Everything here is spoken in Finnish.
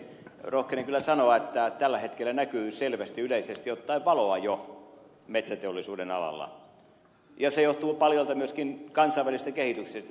rohkenen kyllä sanoa että tällä hetkellä näkyy selvästi yleisesti ottaen valoa jo metsäteollisuuden alalla ja se johtuu paljolti myöskin kansainvälisestä kehityksestä